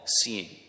seeing